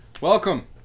Welcome